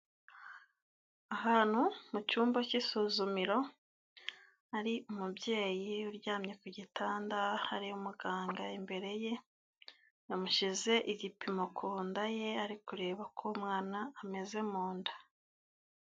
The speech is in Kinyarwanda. Ahantu mu cyumba cy'isuzumiro hari umubyeyi uryamye ku gitanda, hari umuganga imbere ye, yamushyize igipimo ku nda ye ari kureba uko umwana ameze mu nda.